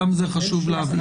גם את זה חשוב להבהיר.